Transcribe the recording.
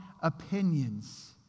opinions